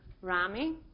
Rami